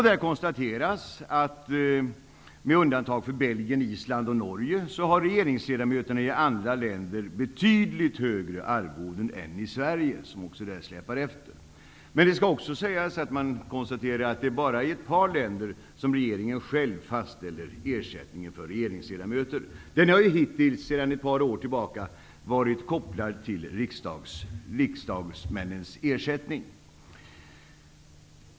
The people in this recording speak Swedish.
Där konstateras att med undantag för Belgien, Island och Norge, har regeringsledamöterna i andra länder betydligt högre arvoden än i Sverige. Men det skall också sägas att man konstaterar att det bara är i ett par länder som regeringen själv fastställer ersättningen till regeringsledamöter. Den har sedan ett par år tillbaka varit kopplad till riksdagsmännens ersättning.